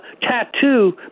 tattoo